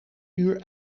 uur